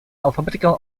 alphabetical